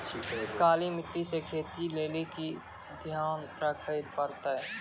काली मिट्टी मे खेती लेली की ध्यान रखे परतै?